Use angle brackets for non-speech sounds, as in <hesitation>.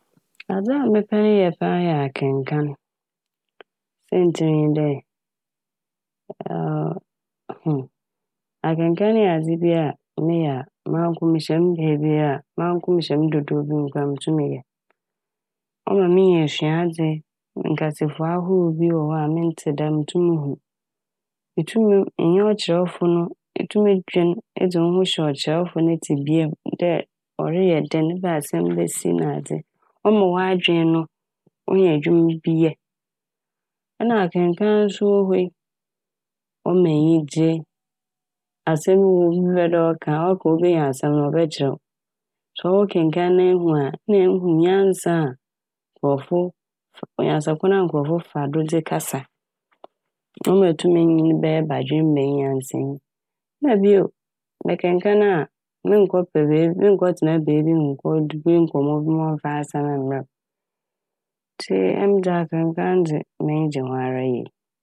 Adze a mepɛ yɛ paa yɛ akenkann. Saintsir nye dɛ <hesitation> Akenkan yɛ adze bi a meyɛ a manko mehyɛ me beebi a manko mehyɛ mo dodoow bi mu koraa mutum meyɛ. Ɔma minya esuadze, nkasafua ahorow bi wɔ hɔ a menntsee da mutum muhu. Itum hu- enye ɔkyerɛwfo no itum dwen dze wo ho hyɛ ɔkyerɛwfo ne tsebea m' dɛ ɔreyɛ dɛn ebɛ asɛm besi na adze. Ɔma w'adwen no onya edwuma bi yɛ. Na akenkan so wɔ hɔ yi ɔma enyigye. Asɛm bi wɔ hɔ a obi pɛ dɛ ɔka a obenya asɛm no ɔbɛkyerɛw. Sɛ ɔwo kenkann na ehu a na ehu nyansa a nkorɔfo - onyansakwan a nkorɔfo fa do dze kasa. Ɔma etum nyin bɛyɛ badwembanyi nyansanyi. Na bio mekenkaan a mennkɔpɛ beebi- mennkɔtsena beebi ma mennkedzi nkɔmmɔ bi ma ɔmmfa asɛm mbrɛ m'.Ntsi emi dze akenkan dze m'enyi gye ho ara yie.